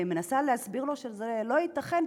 מנסה להסביר לו שזה לא ייתכן,